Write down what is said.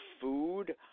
food